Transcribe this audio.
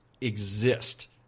exist